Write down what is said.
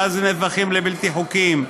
ואז הם נהפכים לבלתי חוקיים.